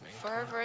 Forever